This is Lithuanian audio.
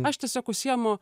aš tiesiog užsiimu